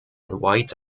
white